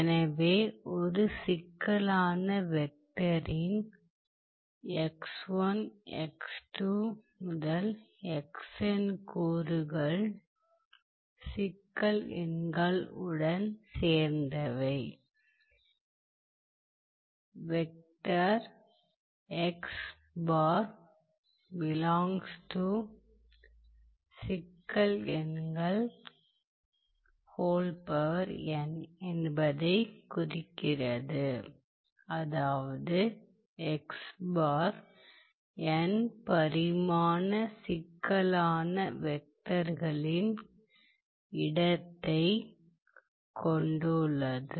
எனவே ஒரு சிக்கலான வெக்டரின் கூறுகள் உடன் சேர்ந்தவை வெக்டர் என்பதைக் குறிக்கிறது அதாவது n பரிமாண சிக்கலான வெக்டர்களின் இடத்தைக் கொண்டுள்ளது